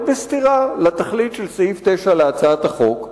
בסתירה אפילו לתכלית של סעיף 9 להצעת החוק,